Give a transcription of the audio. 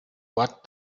what